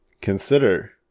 consider